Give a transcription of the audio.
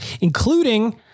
including